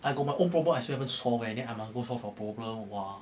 I got my own problem I still haven't solve then I must go solve your problem !wah!